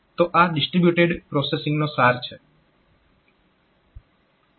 તો આ distributed processing નો સાર છે